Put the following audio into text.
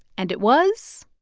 and it was.